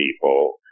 people